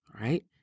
right